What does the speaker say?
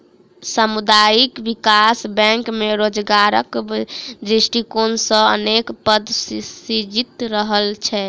सामुदायिक विकास बैंक मे रोजगारक दृष्टिकोण सॅ अनेक पद सृजित रहैत छै